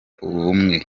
ubumwe